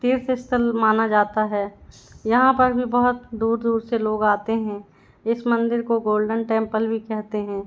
तीर्थस्थल माना जाता है यहाँ पर भी बहुत दूर दूर से लोग आते हैं इस मंदिर को गोल्डन टेंपल भी कहते हैं